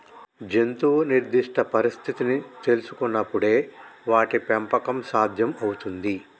జంతువు నిర్దిష్ట పరిస్థితిని తెల్సుకునపుడే వాటి పెంపకం సాధ్యం అవుతుంది